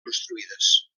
construïdes